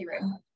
room